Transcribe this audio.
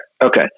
okay